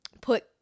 put